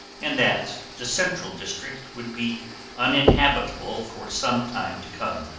and that the central district would be uninhabitable for some time to come.